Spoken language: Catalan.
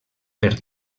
per